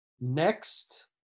next